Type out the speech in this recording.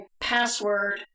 password